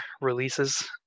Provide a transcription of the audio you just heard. releases